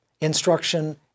instruction